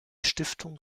stiftung